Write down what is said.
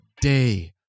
day